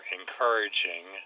encouraging